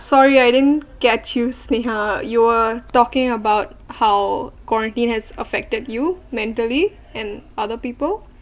sorry I didn't get you sneeha you were talking about how quarantine has affected you mentally and other people